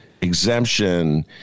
exemption